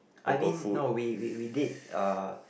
I mean no we we we did uh